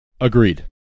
Agreed